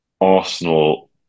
Arsenal